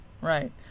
right